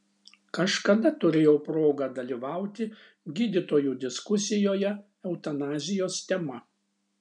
kažkada turėjau progą dalyvauti gydytojų diskusijoje eutanazijos tema